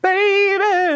Baby